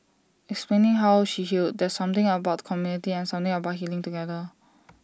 explaining how she healed there's something about community and something about healing together